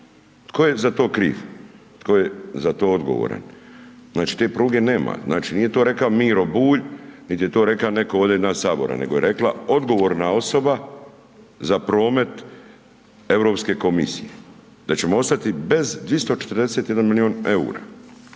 Tko je za to kriv, tko je za to odgovoran, znači te pruge nema, znači nije to reka Miro Bulj, nit je to reka ovde nas iz sabora, nego je rekla odgovorna osoba za promet Europske komisije. Da ćemo ostati bez 241 milion EUR-a.